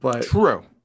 True